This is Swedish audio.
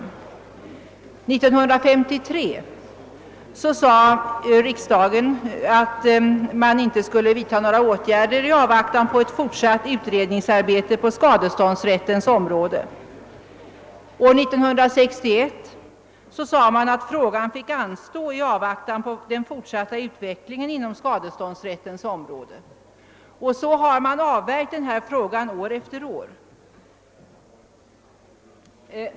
År 1953 fann riksdagen att man inte skulle vidta några åtgärder då i avvaktan på fortsatt utredningsarbete på skadeståndsrättens område. År 1961 sade man att frågan fick anstå i avvaktan på den fortsatta utvecklingen inom skadeståndsrättens område. På detta sätt har man avvärjt denna fråga år efter år.